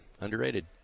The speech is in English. Underrated